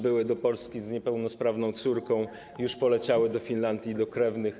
Przybyły do Polski z niepełnosprawną córką i już poleciały do Finlandii, do krewnych.